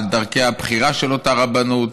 על דרכי הבחירה של אותה רבנות,